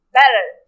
better